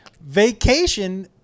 Vacation